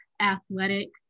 Athletic